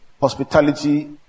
hospitality